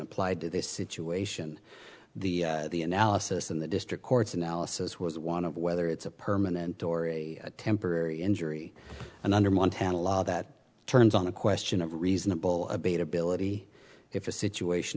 applied to this situation the the analysis in the district court's analysis was one of whether it's a permanent or a temporary injury and under montana law that turns on a question of reasonable abate ability if a situation